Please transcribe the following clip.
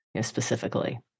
specifically